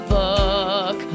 book